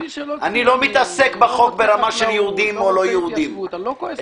מי שלא --- ולא מתעסק בחקלאות או בהתיישבות אני לא כועס עליו.